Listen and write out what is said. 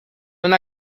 una